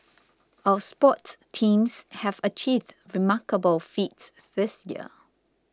our sports teams have achieved remarkable feats this year